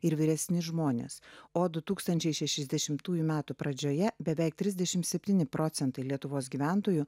ir vyresni žmonės o du tūrkstančiai šešiasdešimtųjų metų pradžioje beveik trisdešimt septyni procentai lietuvos gyventojų